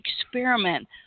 experiment